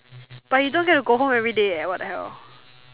but you don't get to go home everyday what the hell